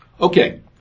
Okay